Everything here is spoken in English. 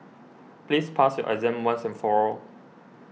please pass your exam once and for all